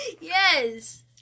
Yes